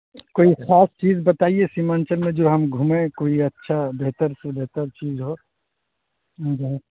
کوئی خاص چیز بتائیے سیمانچل میں جو ہم گھومیں کوئی اچھا بہتر سے بہتر چیز ہو